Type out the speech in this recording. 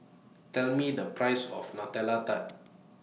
Tell Me The Price of Nutella Tart